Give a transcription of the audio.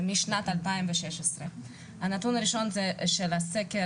משנת 2016. הנתון הראשון הוא מהסקר